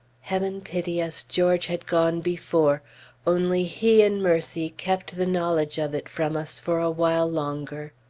heaven pity us! george had gone before only he in mercy kept the knowledge of it from us for a while longer.